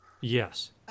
Yes